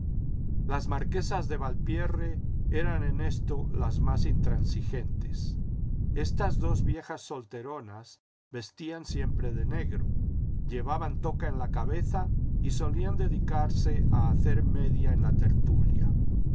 las marquesas de valpierre eran en esto las más intransigentes estas dos viejas solteronas vestían siempre de negro llevaban toca en la cabeza y solían dedicarse a hacer media en la tertulia